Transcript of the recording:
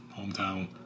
hometown